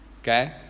Okay